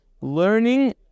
Learning